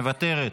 אינו נוכח,